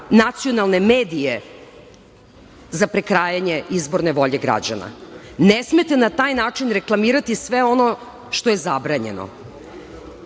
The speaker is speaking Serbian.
nacionalne medije za prekrajanje izborne volje građana. Ne smete na taj način reklamirati sve što ono što je zabranjeno. Ja